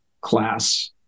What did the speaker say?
class